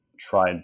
tried